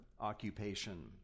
occupation